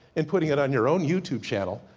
and putting it on your own youtube channel,